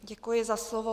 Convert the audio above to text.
Děkuji za slovo.